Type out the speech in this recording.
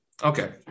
Okay